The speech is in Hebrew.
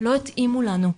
לא התאימו לנו,